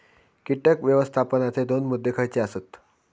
कीटक व्यवस्थापनाचे दोन मुद्दे खयचे आसत?